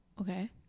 Okay